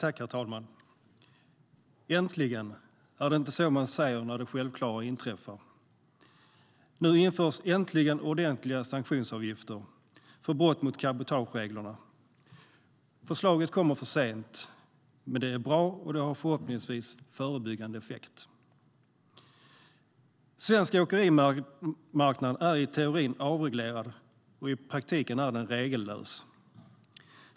Herr talman! Äntligen! Är det inte så man säger när det självklara inträffar? Nu införs äntligen ordentliga sanktionsavgifter för brott mot cabotagereglerna. Förslaget kommer för sent, men det är bra och har förhoppningsvis förebyggande effekt. Svensk åkerimarknad är i teorin avreglerad, och i praktiken är den regellös.